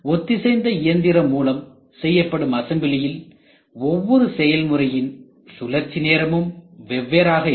ஒத்திசைந்த இயந்திரம் மூலம் செய்யப்படும் அசம்பிளியில் ஒவ்வொரு செயல்முறையின் சுழற்சி நேரமும் வெவ்வேறாக இருக்கும்